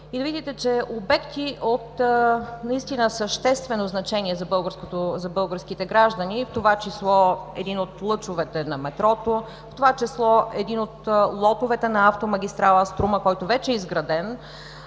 и да видите, че обекти от наистина съществено значение за българските граждани, в това число един от лъчовете на метрото, в това число един от лотовете на автомагистрала „Струма“, който вече е изграден